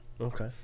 Okay